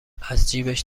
ازجیبش